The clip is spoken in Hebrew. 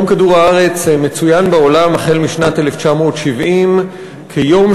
יום כדור-הארץ מצוין בעולם החל משנת 1970 כיום